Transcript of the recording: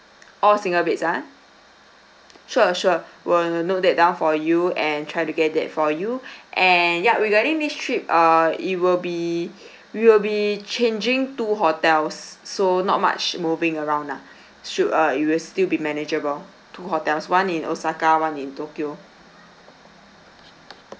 all single beds ah sure sure will note that down for you and try to get that for you and yup regarding this trip err it will be we will be changing two hotels so not much moving around lah should uh you will still be manageable two hotels one in osaka one in tokyo